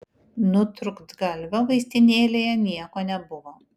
nutrūktgalvio vaistinėlėje nieko nebuvo